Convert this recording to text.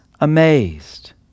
amazed